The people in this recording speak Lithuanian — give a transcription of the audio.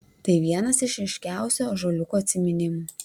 tai vienas iš ryškiausių ąžuoliuko atsiminimų